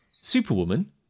Superwoman